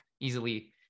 easily